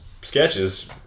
sketches